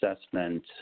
assessment